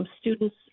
students